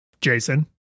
jason